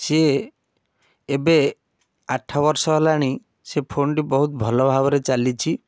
ସିଏ ଏବେ ଆଠବର୍ଷ ହେଲାଣି ସେ ଫୋନ୍ଟି ବହୁତ ଭଲ ଭାବରେ ଚାଲିଛି